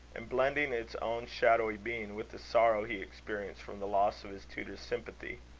and blending its own shadowy being with the sorrow he experienced from the loss of his tutor's sympathy.